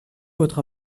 votre